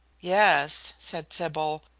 yes, said sybil.